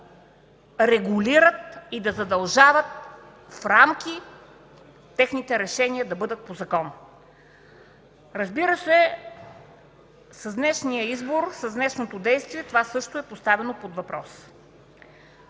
да регулират и да задължават в рамки техните решения да бъдат по закон. Разбира се с днешния избор, с днешното действие това също е поставено под въпрос.